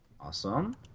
Awesome